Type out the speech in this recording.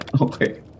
Okay